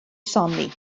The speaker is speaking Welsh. somi